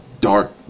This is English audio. dark